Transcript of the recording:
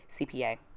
cpa